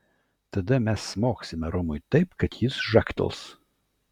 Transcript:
tada mes smogsime romui taip kad jis žagtels